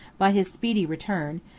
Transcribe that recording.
by his speedy return,